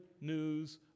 news